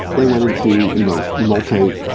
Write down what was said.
they went into you know multicore.